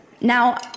Now